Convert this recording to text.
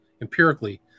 empirically